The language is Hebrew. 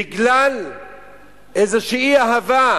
בגלל איזושהי אהבה?